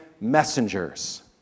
messengers